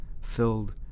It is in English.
filled